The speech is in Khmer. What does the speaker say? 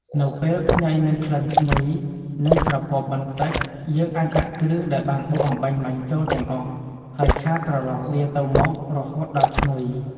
នៅពេលខ្ញីមានក្លិនឈ្ញុយ និងស្រពាប់បន្តិច យើងអាចដាក់គ្រឿងដែលបានបុកអំបាញ់មិញចូលទាំងអស់ ហើយឆាត្រឡប់វាទៅមក រហូតដល់ឈ្ងុយ។